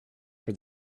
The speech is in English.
for